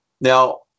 Now